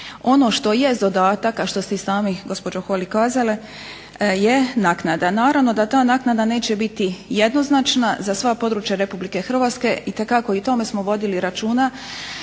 Ono što jest dodatak, a što ste i sami gospođo Holy kazala je naknada. Naravno da ta naknada neće biti jednoznačna za sva područja RH, itekako i o tome smo vodili računa